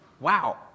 Wow